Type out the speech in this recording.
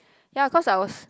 ya cause I was